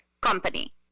company